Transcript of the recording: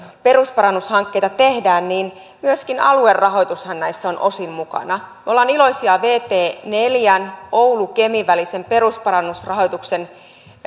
perusparannushankkeita tehdään niin myöskin aluerahoitushan näissä on osin mukana me olemme iloisia vt neljän oulu kemi välin perusparannusrahoituksen